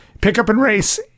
pick-up-and-race